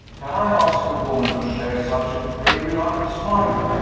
can i ask a woman to share such a dreary life as mine?